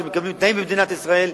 שמקבלים תנאים במדינת ישראל,